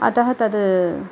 अतः तत्